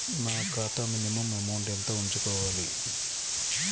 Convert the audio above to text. నా ఖాతా minimum amount ఎంత ఉంచుకోవాలి?